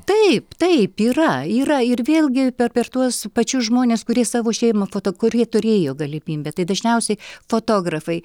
taip taip yra yra ir vėlgi per per tuos pačius žmones kurie savo šeimą foto kurie turėjo galimybę tai dažniausiai fotografai